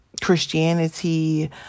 Christianity